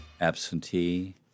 Absentee